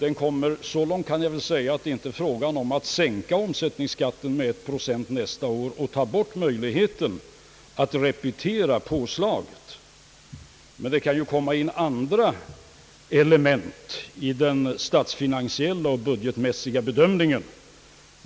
Så mycket kan jag väl säga, att det inte är fråga om att sänka omsättningsskatten med en procent nästa år och därmed ta bort möjligheten att repetera påslaget. Men det kan ju komma in andra element i den statsfinansiella och budgetmässiga bedömningen.